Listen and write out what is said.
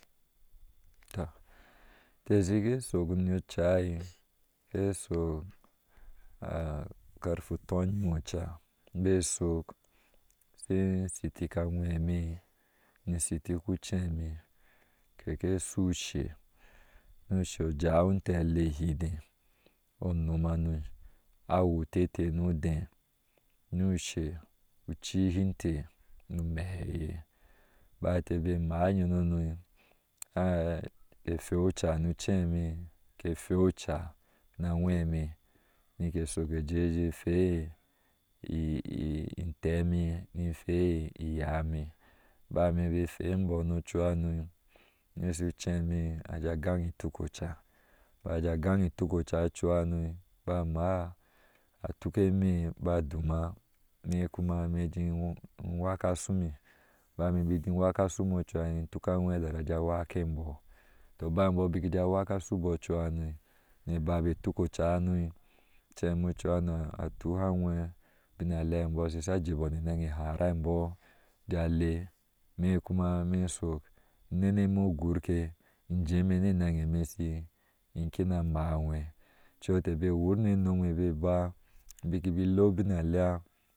Tɔinte shike shok no cai ce suk a koofi tuyin a caa na suk sm sitka anweh me risitiku aceme keke su suhe ni ushi jewi inte alea ihedee o nomhano awutete no adee nu she u a hinte nu meheye baintebe no yɔɔnono ke faiocoa ni uceme ke fai ucaa na aŋweme ni ke shuk kejeje fai inteh meh ne fai inyaa meh ba, emenbi fai imbɔɔno ocuhano ishi uceme a jee a gaŋi tɔkoca bak a fee gaŋ tuis ocu wahano wee aaal atuk emer aba duma me kuma me jin waka sume bame bike waka sume ocuha intuka a nŋweh tara aje wakembɔɔ, tɔ ba imbɔɔ bika je waka subɔɔ cuhano na babe tuk ocahana ceme cuha a tuha aŋweh usin a lea embɔɔ shi she jesɔɔ na nan a haraimbɔɔ ajee ale, ime kuma me shuk in nene a mek ugrke in jeme ne naŋ eme shi in kina mah oŋweh au etah shike geceu wurne nuwe bikin bi laubnale.